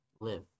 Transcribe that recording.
live